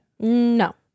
No